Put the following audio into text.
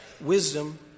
wisdom